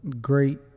great